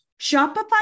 Shopify